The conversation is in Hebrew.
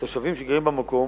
התושבים שגרים במקום